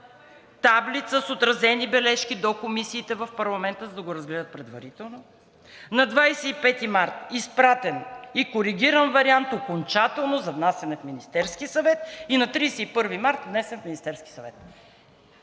таблица, с отразени бележки до комисиите в парламента, за да го разгледат предварително. На 25 март – изпратен и коригиран вариант, окончателно за внасяне в Министерския съвет, и на 31 март внесен в Министерския съвет.